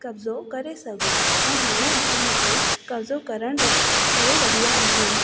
कबिजो करे सघूं ऐं हाणे असां उते कबिजो करणु करे रहिया आहियूं